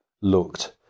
looked